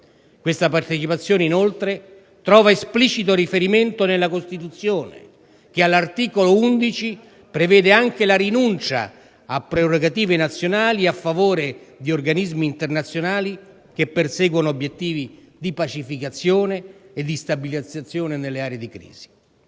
Questa partecipazione, inoltre, trova esplicito riferimento nella Costituzione, che all'articolo 11 prevede anche la possibilità di rinunciare a prerogative nazionali a favore degli organismi internazionali, che perseguono obiettivi di pacificazione e stabilizzazione nelle aree di crisi.